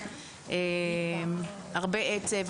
הרבה עצב,